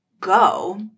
go